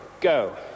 go